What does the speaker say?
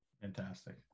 fantastic